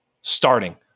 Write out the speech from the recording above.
starting